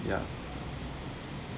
ya